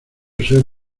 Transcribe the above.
ser